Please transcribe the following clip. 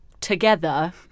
together